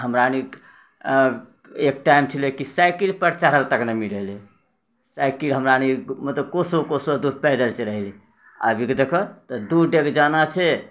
हमराअनी एक टाइम छलै कि साइकिलपर चढ़ल तक नहि मिलै रहै साइकिल हमराअनी मतलब कोसो कोसो दूर पैदल चलै रहै आगेके देखहक तऽ दू डेग जाना छै